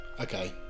Okay